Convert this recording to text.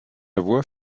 voix